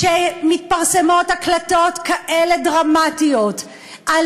שמתפרסמות הקלטות כאלה דרמטיות של